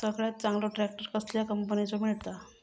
सगळ्यात चांगलो ट्रॅक्टर कसल्या कंपनीचो मिळता?